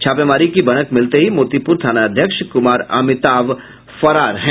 छापेमारी की भनक मिलते ही मोतिपुर थानाध्यक्ष कुमार अमिताभ फरार हैं